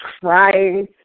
crying